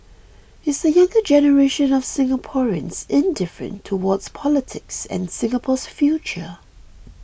is the younger generation of Singaporeans indifferent towards politics and Singapore's future